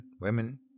WOMEN